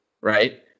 right